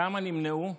כמה נמנעו?